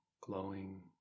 glowing